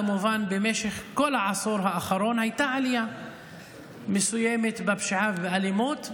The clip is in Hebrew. כמובן במשך כל העשור האחרון הייתה עלייה מסוימת בפשיעה ובאלימות.